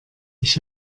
ich